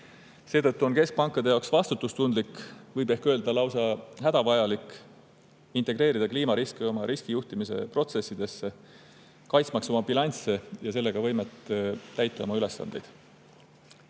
Seetõttu on keskpankade jaoks vastutustundlik, võib ehk öelda, lausa hädavajalik integreerida kliimariske oma riskijuhtimise protsessidesse, kaitsmaks oma bilansse ja sellega võimet täita oma ülesandeid. Teine